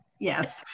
yes